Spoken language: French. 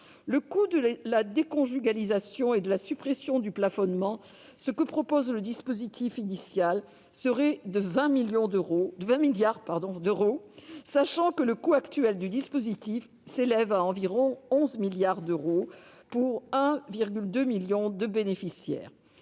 Le coût de la déconjugalisation et de la suppression du plafonnement, ce que propose le dispositif initial, serait de 20 milliards d'euros, sachant que le coût actuel de l'AAH s'élève à environ 11 milliards d'euros pour 1,2 million de bénéficiaires.